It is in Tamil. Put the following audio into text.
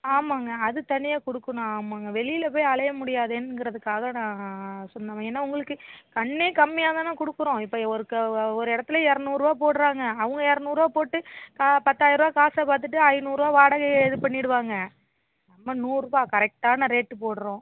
ஆமாங்க அது தனியாக கொடுக்கணும் ஆமாங்க வெளியில போய் அலைய முடியாதேங்கிறதுக்காக நான் சொன்னேங்க ஏன்னா உங்களுக்கு கன்றே கம்மியாக தானே கொடுக்குறோம் இப்போ ஒரு க ஒரு இடத்துல இரநூறுவா போடுறாங்க அவங்க இரநூறுவா போட்டு கா பத்தாயருபா காசை பார்த்துட்டு ஐநூறுபா வாடகையை இது பண்ணிடுவாங்க நம்ம நூறுரூபா கரெக்டான ரேட்டு போடுறோம்